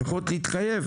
לפחות להתחייב